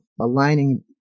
aligning